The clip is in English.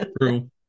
True